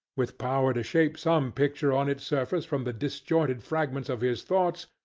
with power to shape some picture on its surface from the disjointed fragments of his thoughts,